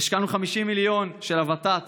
השקענו 50 מיליון של הוות"ת